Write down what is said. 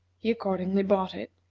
he accordingly bought it,